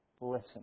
listen